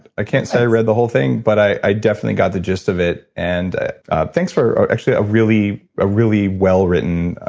i can't say i read the whole thing, but i definitely got the gist of it. and thanks for actually a really, a really well-written,